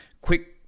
quick